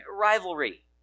rivalry